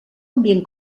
ambient